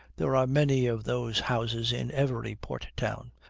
there are many of those houses in every port-town.